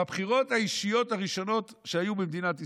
בבחירות האישיות הראשונות שהיו במדינת ישראל,